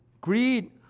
greed